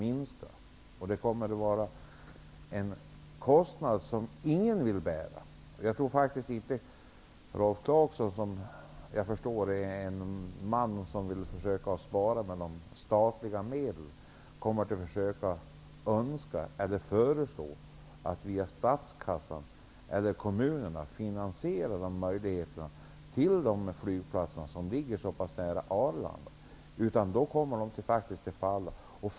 Ingen kommer att vilja bära kostnaden. Ingen, inte ens Rolf Clarkson som vill spara på statliga medel, önskar eller vill föreslå en finansiering via statskassan eller komunerna av flygplatser som ligger nära Arlanda. De kommer faktiskt att läggas ned.